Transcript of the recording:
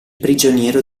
prigioniero